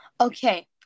Okay